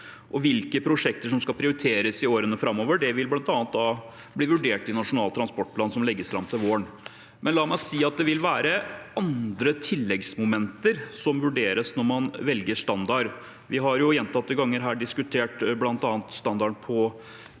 Hvilke prosjekter som skal prioriteres i årene framover, vil bl.a. bli vurdert i Nasjonal transportplan, som legges fram til våren. La meg si at det vil være andre tilleggsmomenter som vurderes når man velger standard. Vi har gjentatte ganger her diskutert bl.a. standarden på